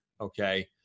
Okay